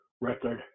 record